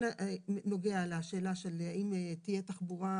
כן נוגע לשאלה של האם תהיה תחבורה,